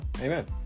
Amen